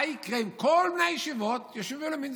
מה יקרה אם כל בני הישיבות יושבים ולומדים?